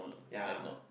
ya